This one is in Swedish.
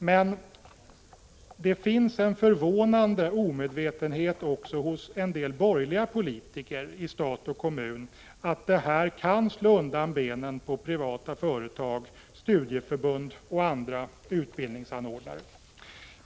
Men det finns bland en del borgerliga politiker i stat och kommun en förvånande omedvetenhet om att detta kan slå undan benen på privata företag, studieförbund och andra utbildningsanordnare.